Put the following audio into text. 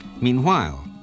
Meanwhile